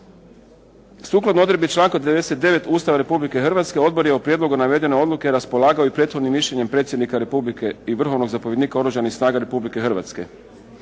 Sukladno odredbi članka 99. Ustava Republike Hrvatske, Odbor je o prijedlogu naveden odluke raspolagao i prethodnim mišljenjem predsjednika Republike i vrhovnog zapovjednika Oružanih snaga Republike Hrvatske.